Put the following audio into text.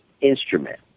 instrument